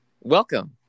Welcome